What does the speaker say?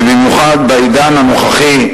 ובמיוחד בעידן הנוכחי,